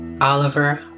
Oliver